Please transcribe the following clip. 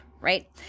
right